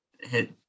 hit